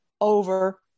over